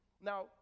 now